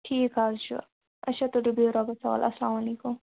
ٹھیٖک حظ چھُ اَچھا تُلِو بِہو رۄبَس حَوال اَسلام علیکُم